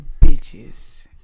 bitches